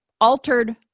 altered